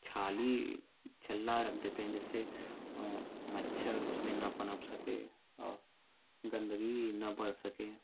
छाली छल्ला रख देते हैं जिससे मच्छर उसमें ना पनप सके औ गंदगी ना बढ़ सके